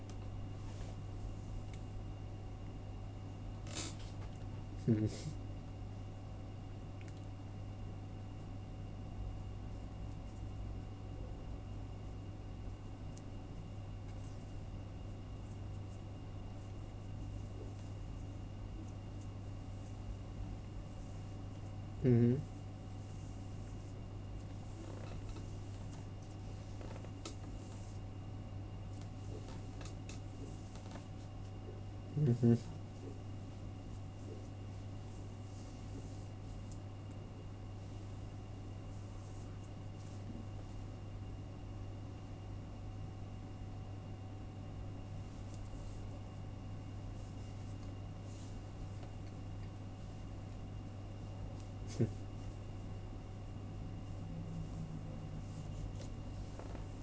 mm mmhmm mmhmm